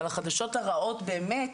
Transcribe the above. אבל החדשות הרעות באמת